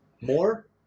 more